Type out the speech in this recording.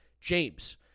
James